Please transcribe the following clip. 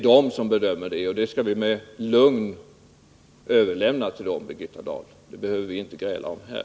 Den bedömningen skall vi med lugn överlämna till medborgarna, Birgitta Dahl. Den behöver vi inte gräla om här.